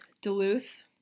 Duluth